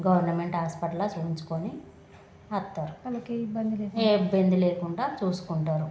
government హాస్పటల్లో చూపించుకుని వస్తారు ఏ ఇబ్బంది లేకుండా చూసుకుంటారు